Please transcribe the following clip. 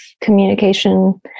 communication